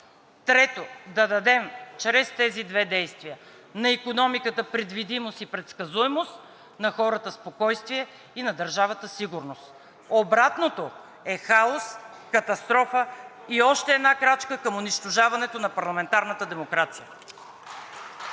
Трето, да дадем чрез тези две действия на икономиката предвидимост и предсказуемост, на хората – спокойствие, и на държавата – сигурност. Обратното е хаос, катастрофа и още една крачка към унищожаването на парламентарната демокрация.